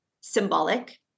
symbolic